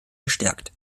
gestärkt